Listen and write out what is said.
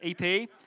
EP